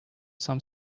some